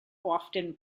often